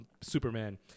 Superman